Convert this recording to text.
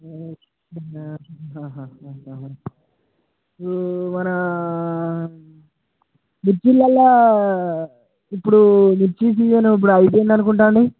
మన మిర్చిలల్లా ఇప్పుడు మిర్చి సీజన్ ఇప్పుడు అయిపోయింది అనుకుంటా అండి